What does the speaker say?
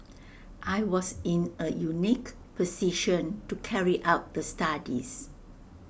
I was in A unique position to carry out the studies